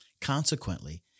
Consequently